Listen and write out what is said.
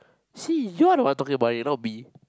see you're the one talking about it not me